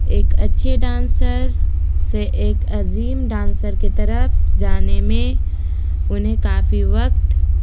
ایک اچھے ڈانسر سے ایک عظیم ڈانسر کے طرف جانے میں انہیں کافی وقت